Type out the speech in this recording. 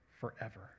forever